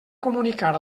comunicar